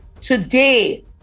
Today